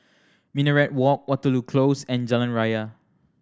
Minaret Walk Waterloo Close and Jalan Raya